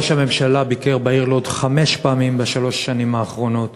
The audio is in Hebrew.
וראש הממשלה ביקר בעיר לוד חמש פעמים בשלוש השנים האחרונות,